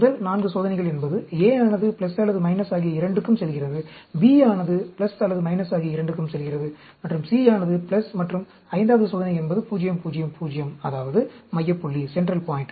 முதல் 4 சோதனைகள் என்பது A ஆனது அல்லது - ஆகிய இரண்டுக்கும் செல்கிறது B ஆனது ஆனது அல்லது - ஆகிய இரண்டுக்கும் செல்கிறது மற்றும் C ஆனது 0 மற்றும் 5 வது சோதனை என்பது 0 0 0 அதாவது மைய புள்ளி